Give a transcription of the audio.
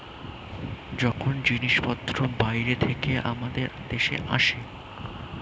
যখন জিনিসপত্র বাইরে থেকে আমাদের দেশে আসে